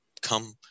come